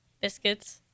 Biscuits